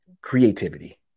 Creativity